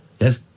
Yes